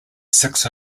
six